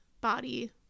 body